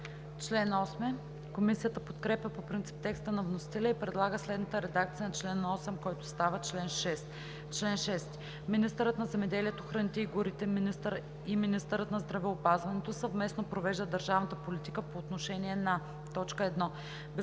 БЕЛОВА: Комисията подкрепя по принцип текста на вносителя и предлага следната редакция на чл. 8, който става чл. 6: „Чл. 6. Министърът на земеделието, храните и горите и министърът на здравеопазването съвместно провеждат държавната политика по отношение на: 1. безопасността